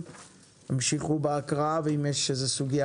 התקדמנו בהקראת הסעיפים